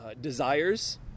desires